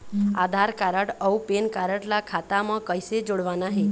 आधार card अऊ PAN card ला खाता म कइसे जोड़वाना हे?